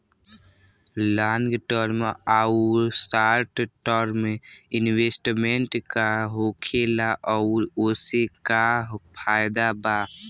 Long term आउर short term investment का होखेला और ओसे का फायदा बा?